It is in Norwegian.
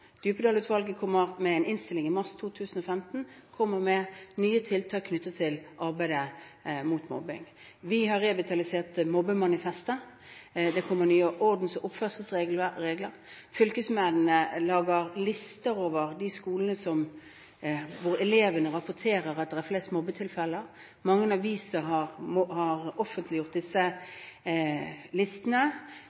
kommer med en innstilling i mars 2015, som kommer med nye tiltak knyttet til arbeidet mot mobbing. Vi har revitalisert mobbemanifestet, det kommer nye ordens- og oppførselsregler, og fylkesmennene lager lister over de skolene hvor elevene rapporterer at det er flest mobbetilfeller. Mange aviser har offentliggjort disse